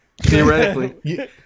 Theoretically